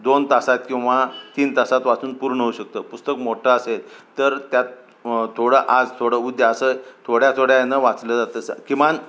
दोन तासात किंवा तीन तासात वाचून पूर्ण होऊ शकतं पुस्तक मोठं असेल तर त्यात थोडं आज थोडं उद्या असं थोड्या थोड्या ह्यानं वाचलं जातं किमान